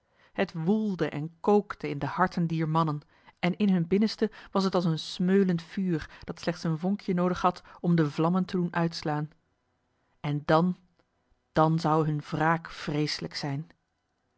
het woelde en kookte in de harten dier mannen en in hun binnenste was het als een smeulend vuur dat slechts een vonkje noodig had om de vlammen te doen uitslaan en dan dan zou hunne wraak vreeselijk zijn